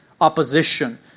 opposition